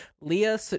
leah